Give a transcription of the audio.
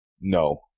no